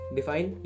Define